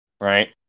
right